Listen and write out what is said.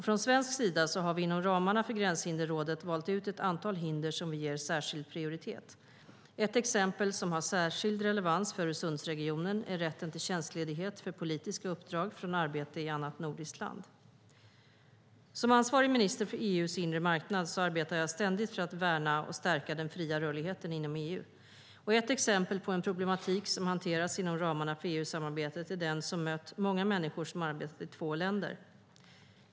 Från svensk sida har vi inom ramarna för Gränshinderrådet valt ut ett antal hinder som vi ger särskild prioritet. Ett exempel, som har särskild relevans för Öresundsregionen, är rätten till tjänstledighet för politiska uppdrag från arbete i annat nordiskt land. Som ansvarig minister för EU:s inre marknad arbetar jag ständigt för att värna och stärka den fria rörligheten inom EU. Ett exempel på en problematik som hanterats inom ramarna för EU-samarbetet är den som mött många människor som arbetat i två länder.